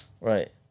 Right